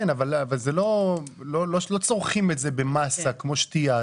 כן, אבל לא צורכים את זה במסה כמו שתייה.